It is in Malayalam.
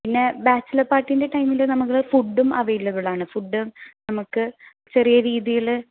പിന്നെ ബാച്ചലർ പാർട്ടീൻ്റെ ടൈമിൽ നമുക്ക് ഫുഡും അവൈലബിൾ ആണ് ഫുഡും നമുക്ക് ചെറിയ രീതിയിൽ